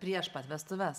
prieš pat vestuves